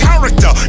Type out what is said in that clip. character